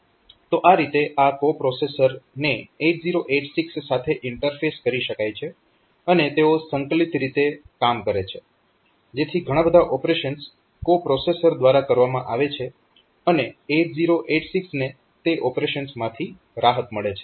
તો આ રીતે આ કો પ્રોસેસરને 8086 સાથે ઇન્ટરફેસ કરી શકાય છે અને તેઓ સંકલિત રીતે કામ કરે છે જેથી ઘણી બધા ઓપરેશન્સ કો પ્રોસેસર દ્વારા કરવામાં આવે છે અને 8086 ને તે ઓપરેશન્સમાંથી રાહત મળે છે